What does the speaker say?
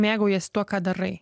mėgaujiesi tuo ką darai